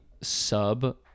sub